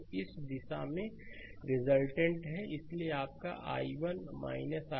तो इस दिशा में र रिजल्टेंट है इसलिए यह आपका i1 i1 i3 है